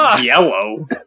yellow